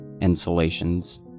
insulations